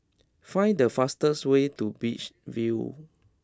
find the fastest way to beach view